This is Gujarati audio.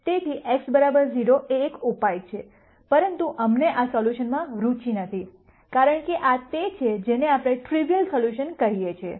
તેથી x 0 એ એક ઉપાય છે પરંતુ અમને આ સોલ્યુશનમાં રુચિ નથી કારણ કે આ તે છે જેને આપણે ટ્રિવીઅલ સોલ્યુશન કહીએ છીએ